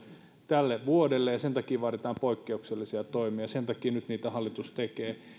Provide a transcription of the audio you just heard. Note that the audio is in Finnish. tälle vuodelle sen takia vaaditaan poikkeuksellisia toimia ja sen takia hallitus niitä nyt tekee